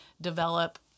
develop